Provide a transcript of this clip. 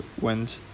went